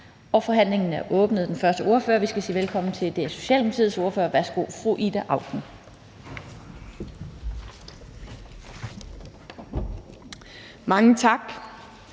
Forhandlingen er åbnet. Den første ordfører, vi skal sige velkommen til, er Socialdemokratiets ordfører. Værsgo, fru Ida Auken. Kl.